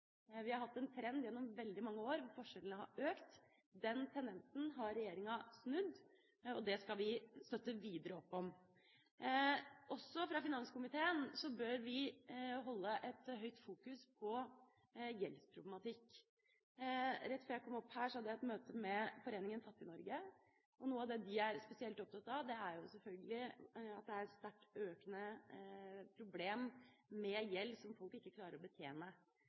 Vi har hatt en trend gjennom veldig mange år der forskjellene har økt. Den tendensen har regjeringa snudd, og det skal vi støtte videre opp om. Også fra finanskomiteens side bør vi holde et høyt fokus på gjeldsproblematikk. Rett før jeg kom opp her på talerstolen, hadde jeg et møte med Foreningen Fattignorge, og noe de er spesielt opptatt av, er selvfølgelig at det er et sterkt økende problem dette med gjeld som folk ikke klarer å betjene.